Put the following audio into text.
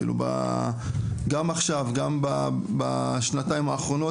כאילו גם עכשיו גם בשנתיים האחרונות,